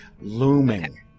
looming